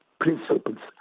principles